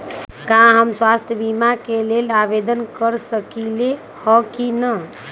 का हम स्वास्थ्य बीमा के लेल आवेदन कर सकली ह की न?